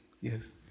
Yes